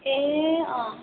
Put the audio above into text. ए अँ